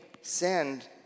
send